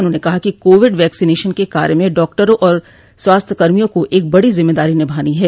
उन्होंने कहा कि कोविड वैक्सीनेशन के कार्य में डॉक्टरों और स्वास्थ्यकर्मियों को एक बड़ी जिम्मदारी निभानी है